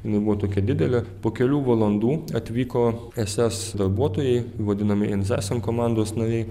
jinai buvo tokia didelė po kelių valandų atvyko eses darbuotojai vadinami indzasen komandos nariai